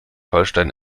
holstein